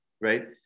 right